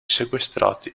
sequestrati